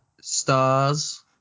stars